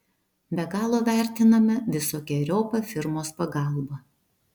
be galo vertiname visokeriopą firmos pagalbą